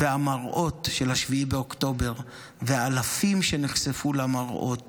המראות של 7 באוקטובר ואלפים שנחשפו למראות